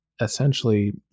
essentially